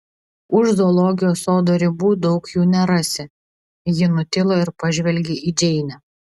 už zoologijos sodo ribų daug jų nerasi ji nutilo ir pažvelgė į džeinę